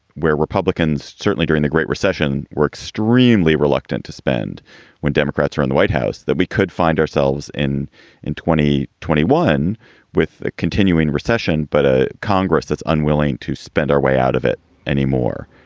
where republicans certainly touring the great recession were extremely reluctant to spend when democrats are in the white house that we could find ourselves in in twenty twenty one with the continuing recession, but a congress that's unwilling to spend our way out of it anymore.